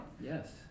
Yes